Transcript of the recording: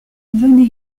venez